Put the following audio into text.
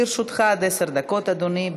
לרשותך עד עשר דקות, אדוני.